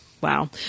Wow